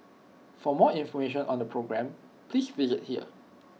for more information on the programme please visit here